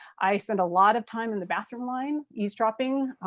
i spend a lot of time in the bathroom line, eavesdropping.